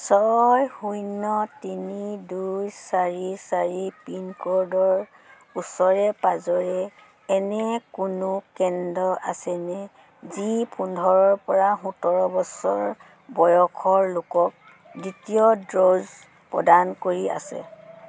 ছয় শূন্য তিনি দুই চাৰি চাৰি পিনক'ডৰ ওচৰে পাঁজৰে এনে কোনো কেন্দ্ৰ আছেনে যি পোন্ধৰৰপৰা সোতৰ বছৰ বয়সৰ লোকক দ্বিতীয় ড'জ প্ৰদান কৰি আছে